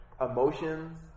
emotions